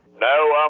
No